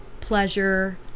pleasure